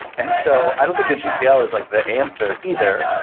and so i don't think the gpl is like the answer either.